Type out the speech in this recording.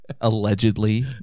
Allegedly